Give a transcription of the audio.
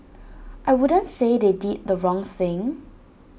I wouldn't say they did the wrong thing